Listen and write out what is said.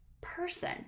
person